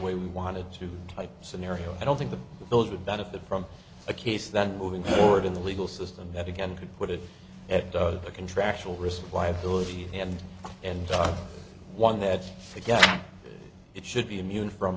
way we wanted to type scenario i don't think that those would benefit from a case that moving forward in the legal system that again could put it at the contractual risk liability and and one that again it should be immune from